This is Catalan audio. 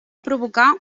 provocar